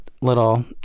little